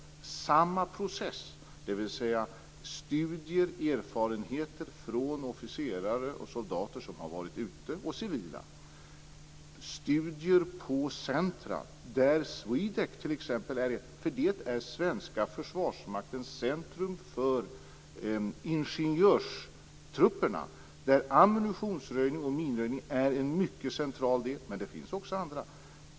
Det handlar om samma process, dvs. studier och erfarenheter från officerare, soldater och civila som har varit ute. Studier kan också bedrivas på centrum, där t.ex. SWEDEC är ett. Det är svenska Försvarsmaktens centrum för ingenjörstrupperna där ammunitionsröjning och minröjning är en mycket central del - men det finns också andra.